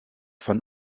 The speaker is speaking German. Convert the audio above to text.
von